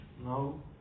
No